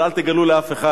אבל אל תגלו לאף אחד,